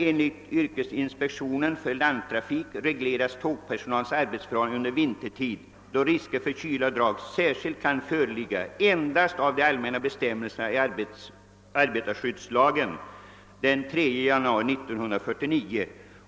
Enligt yrkesinspektionen för landtrafik regleras tågpersonalens arbetsförhållanden under vintertid, då risker för kyla och drag särskilt kan föreligga, endast av de allmänna bestämmelserna i arbetarskyddslagen av den 3 januari 1949.